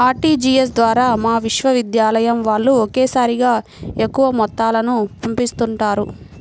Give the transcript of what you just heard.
RTGS ద్వారా మా విశ్వవిద్యాలయం వాళ్ళు ఒకేసారిగా ఎక్కువ మొత్తాలను పంపిస్తుంటారు